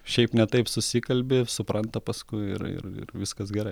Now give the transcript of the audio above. šiaip ne taip susikalbi supranta paskui ir ir ir viskas gerai